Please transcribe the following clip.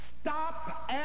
Stop